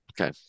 Okay